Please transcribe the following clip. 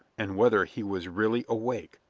and whether he was really awake.